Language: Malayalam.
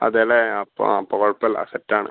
അതേ അല്ലേ ആ അപ്പം കുഴപ്പമില്ല സെറ്റാണ്